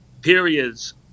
periods